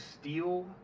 steal